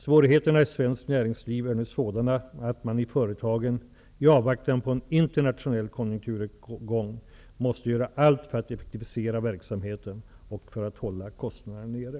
Svårigheterna i svenskt näringsliv är nu sådana att man i företagen, i avvaktan på en internationell konjunkturuppgång, måste göra allt för att effektivisera verksamheten och för att hålla kostnaderna nere.